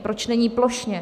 Proč není plošně?